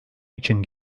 için